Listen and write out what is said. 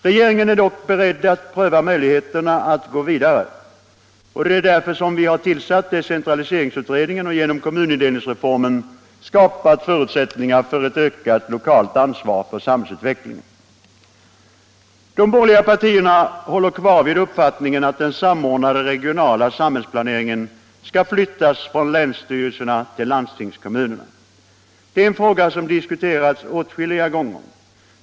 Regeringen är dock beredd att pröva möjligheterna att gå vidare, och det är därför som vi har tillsatt decentraliseringsutredningen och genom kommunindelningsreformen skapat förutsättningar för ett ökat lokalt ansvar för samhällsutvecklingen. De borgerliga partierna håller fast vid uppfattningen att den samordnade regionala samhällsplaneringen skall flyttas från länsstyrelserna till landstingskommunerna. Detta är en fråga som diskuterats åtskilliga gånger.